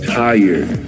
tired